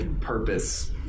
purpose